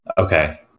okay